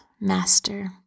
Master